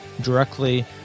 directly